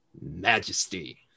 Majesty